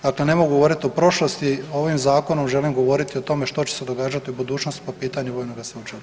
Dakle, ne mogu govoriti o prošlosti, ovim zakonom želim govoriti o tome što će se događati u budućnosti po pitanju vojnoga sveučilišta.